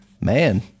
man